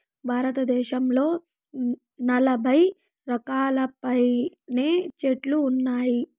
భారతదేశంలో నలబై రకాలకు పైనే చెట్లు ఉన్నాయి